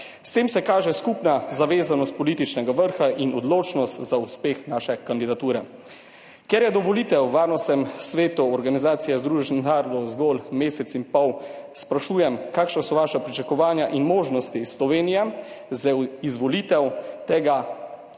S tem se kaže skupna zavezanost političnega vrha in odločenost za uspeh naše kandidature. Ker je do volitev v Varnostnem svetu Organizacije združenih narodov zgolj mesec in pol, sprašujem: Kakšna so vaša pričakovanja in možnosti Slovenije za izvolitev? Kakšna je